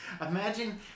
Imagine